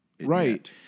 Right